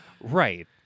Right